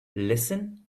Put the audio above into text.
listen